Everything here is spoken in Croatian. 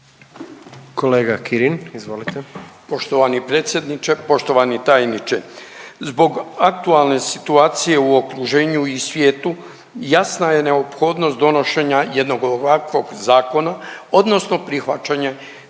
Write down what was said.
**Kirin, Ivan (HDZ)** Poštovani predsjedniče, poštovani tajniče. Zbog aktualne situacije u okruženju i svijetu, jasna je neophodnost donošenja jednog ovakvog zakona odnosno prihvaćanja